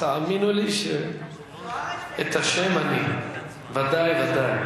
תאמינו לי: את השם אני, זוּארץ,